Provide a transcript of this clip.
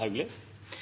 i